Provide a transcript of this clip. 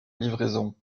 livraison